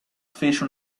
fece